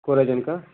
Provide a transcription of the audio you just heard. Coragen का